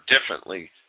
differently